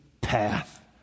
path